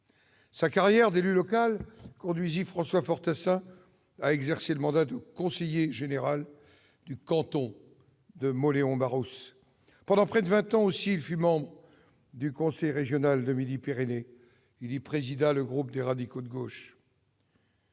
Sa carrière d'élu local conduisit François Fortassin à exercer le mandat de conseiller général du canton de Mauléon-Barousse. Il fut également, durant près de vingt ans, membre du conseil régional de Midi-Pyrénées, où il présida le groupe des radicaux de gauche.